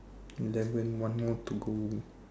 eleven one more to go